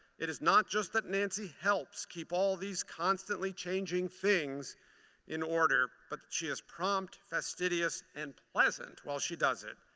it is not just that nancy helps keep all these constantly changing things in order, but she is prompt, fastidious and pleasant while she does it.